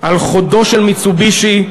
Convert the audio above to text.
על חודו של "מיצובישי".